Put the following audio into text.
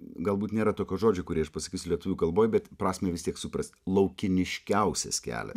galbūt nėra tokio žodžio kurį aš pasakysiu lietuvių kalboj bet prasmę vis tiek suprasit laukiniškiausias kelias